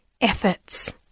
efforts